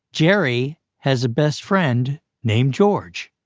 jerry has a best friend named george.